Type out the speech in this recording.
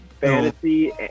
Fantasy